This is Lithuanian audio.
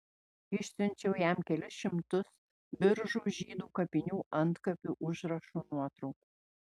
išsiunčiau jam kelis šimtus biržų žydų kapinių antkapių užrašų nuotraukų